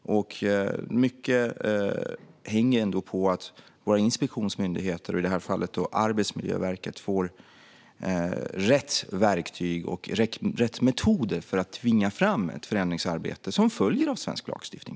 Mycket hänger på att våra inspektionsmyndigheter, i det här fallet Arbetsmiljöverket, får rätt verktyg och rätt metoder för att tvinga fram ett förändringsarbete, vilket också följer av svensk lagstiftning.